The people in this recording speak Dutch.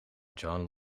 john